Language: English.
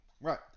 Right